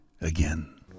again